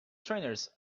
trainers